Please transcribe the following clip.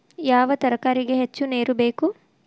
ಯಾವ ತರಕಾರಿಗೆ ಹೆಚ್ಚು ನೇರು ಬೇಕು?